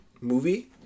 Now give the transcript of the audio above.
Movie